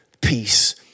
peace